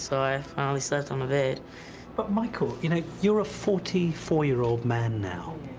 so i finally sat on the bed but michael, you know, you're a forty four year old man now